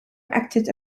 acted